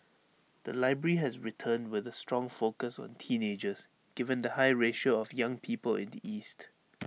the library has returned with A strong focus on teenagers given the high ratio of young people in the east